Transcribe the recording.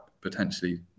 potentially